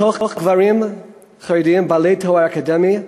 מתוך הגברים החרדים בעלי תואר אקדמי,